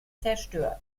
zerstört